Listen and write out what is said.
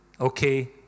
Okay